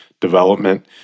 development